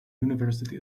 university